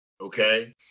okay